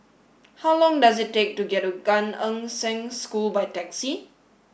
how long does it take to get to Gan Eng Seng School by taxi